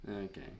Okay